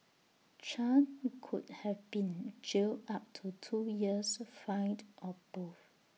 chan could have been jailed up to two years fined or both